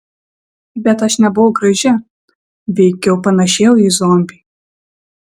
bet aš nebuvau graži veikiau panėšėjau į zombį